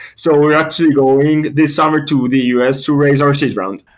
so we're actually going this summer to the u s. to raise our seed round.